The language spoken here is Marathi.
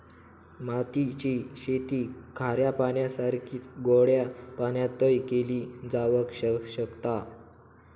मोती ची शेती खाऱ्या पाण्यासारखीच गोड्या पाण्यातय केली जावक शकता